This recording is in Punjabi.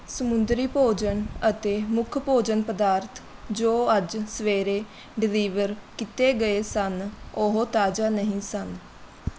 ਸਮੁੰਦਰੀ ਭੋਜਨ ਅਤੇ ਮੁੱਖ ਭੋਜਨ ਪਦਾਰਥ ਜੋ ਅੱਜ ਸਵੇਰੇ ਡਿਲੀਵਰ ਕੀਤੇ ਗਏ ਸਨ ਉਹ ਤਾਜ਼ਾ ਨਹੀਂ ਸਨ